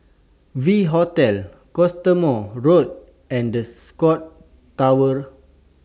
V Hotel Cottesmore Road and The Scotts Tower